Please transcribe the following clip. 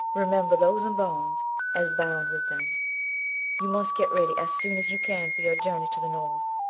remember those in bonds as bound with them you must get ready as soon as you can for your journey to the north.